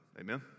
Amen